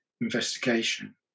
investigation